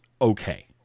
okay